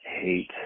hate